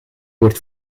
wordt